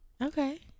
Okay